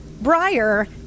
Briar